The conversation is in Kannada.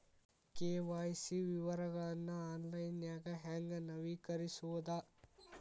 ಕೆ.ವಾಯ್.ಸಿ ವಿವರಗಳನ್ನ ಆನ್ಲೈನ್ಯಾಗ ಹೆಂಗ ನವೇಕರಿಸೋದ